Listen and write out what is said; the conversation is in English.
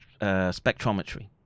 spectrometry